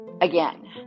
again